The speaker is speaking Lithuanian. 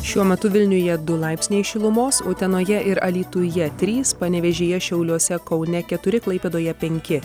šiuo metu vilniuje du laipsniai šilumos utenoje ir alytuje trys panevėžyje šiauliuose kaune keturi klaipėdoje penki